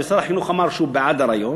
ושר החינוך אמר שהוא בעד הרעיון,